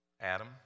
Adam